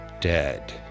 dead